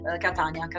Catania